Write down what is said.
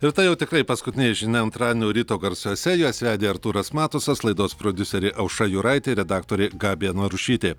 ir tai jau tikrai paskutinė žinia antradienio ryto garsuose juos vedė artūras matusas laidos prodiuserė aušra juraitė redaktorė gabija narušytė